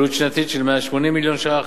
עלות שנתית של 180 מיליון שקל.